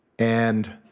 and